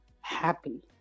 happy